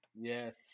Yes